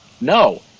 no